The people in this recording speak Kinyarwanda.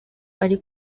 ari